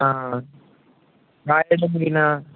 బాకీ డబ్బులు ఇవ్వు అన్న